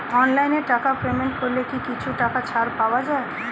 অনলাইনে টাকা পেমেন্ট করলে কি কিছু টাকা ছাড় পাওয়া যায়?